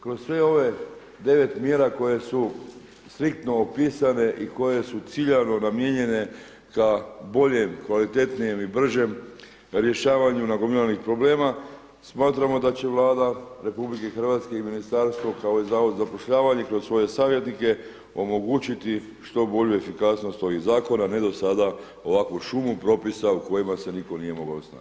Kroz svih ovih 9 mjera koje su striktno opisane i koje su ciljano namijenjene ka boljem, kvalitetnijem i bržem rješavanju nagomilanih problema smatramo da će Vlada RH i ministarstvo kao i Zavod za zapošljavanje kroz svoje savjetnike omogućiti što bolju efikasnost ovih zakona a ne do sada ovakvu šumu propisa u kojima se nitko nije mogao snaći.